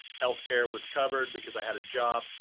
healthcare was covered because i had a job.